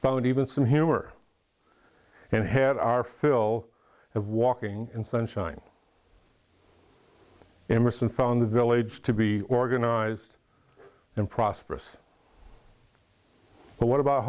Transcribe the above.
found even some humor and had our fill of walking in sunshine emerson found the village to be organized and prosperous but what about